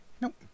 Nope